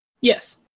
Yes